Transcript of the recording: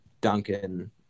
Duncan